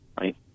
right